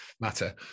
matter